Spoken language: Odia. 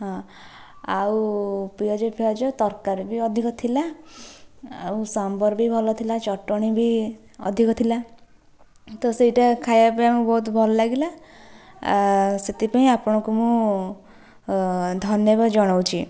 ହଁ ଆଉ ପିଆଜ ଫିଆଜ ତରକାରୀ ବି ଅଧିକ ଥିଲା ଆଉ ସାମ୍ବର ବି ଭଲ ଥିଲା ଚଟଣି ବି ଅଧିକ ଥିଲା ତ ସେଇଟା ଖାଇବା ପାଇଁ ଆମକୁ ବହୁତ ଭଲ ଲାଗିଲା ସେଥିପାଇଁ ଆପଣଙ୍କୁ ମୁଁ ଧନ୍ୟବାଦ ଜଣାଉଛି